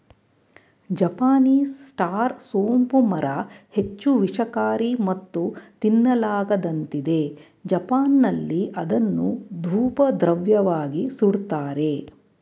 Japanese star ಸೋಂಪು ಮರ ಹೆಚ್ಚು ವಿಷಕಾರಿ ಮತ್ತು ತಿನ್ನಲಾಗದಂತಿದೆ ಜಪಾನ್ನಲ್ಲಿ ಅದನ್ನು ಧೂಪದ್ರವ್ಯವಾಗಿ ಸುಡ್ತಾರೆ